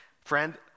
friend